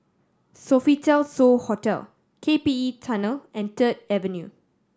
Sofitel So Hotel K P E Tunnel and Third Avenue